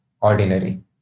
ordinary